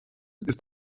ist